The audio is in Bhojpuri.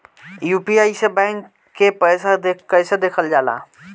यू.पी.आई से बैंक के पैसा कैसे देखल जाला?